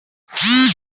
habayeho